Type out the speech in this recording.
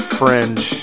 fringe